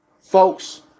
Folks